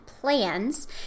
plans